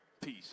peace